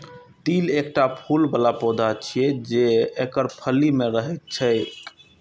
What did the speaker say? तिल एकटा फूल बला पौधा छियै, जे एकर फली मे रहैत छैक